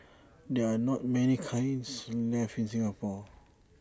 there are not many kilns left in Singapore